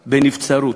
בנבצרות.